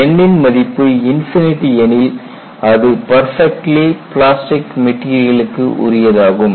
n ன் மதிப்பு எனில் அது பர்ஃபெக்ட்லி பிளாஸ்டிக் மெட்டீரியலுக்கு உரியதாகும்